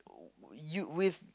you with